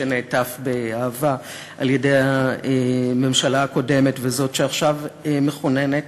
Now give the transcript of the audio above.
שנעטף באהבה על-ידי הממשלה הקודמת וזאת שעכשיו מכוננת,